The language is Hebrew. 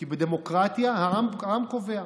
כי בדמוקרטיה העם קובע.